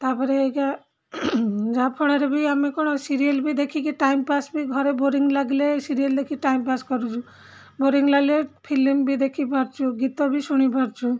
ତା'ପରେ ଏଇକା ଯାହାଫଳରେ ବି ଆମେ କ'ଣ ସିରିଏଲ୍ ବି ଦେଖିକି ଟାଇମ୍ପାସ୍ ବି ଘରେ ବୋରିଂ ଲାଗିଲେ ସିରିଏଲ୍ ଦେଖି ଟାଇମ୍ପାସ୍ କରୁଛୁ ବୋରିଂ ଲାଗିଲେ ଫିଲିମ୍ ବି ଦେଖିପାରୁଛୁ ଗୀତ ବି ଶୁଣି ପାରୁଛୁ